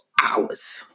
hours